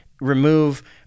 remove